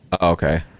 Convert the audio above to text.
Okay